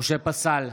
משה פסל,